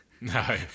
No